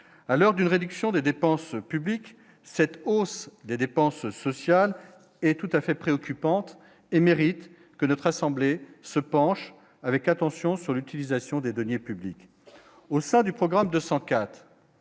à l'heure d'une réduction des dépenses publiques, cette hausse des dépenses sociales et tout à fait préoccupante et mérite que notre assemblée se penche avec attention sur l'utilisation des deniers publics au sein du programme 204